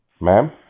Ma'am